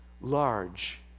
large